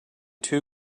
too